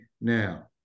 now